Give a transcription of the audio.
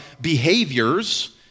behaviors